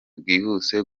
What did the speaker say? bwihuse